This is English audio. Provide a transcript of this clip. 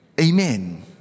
Amen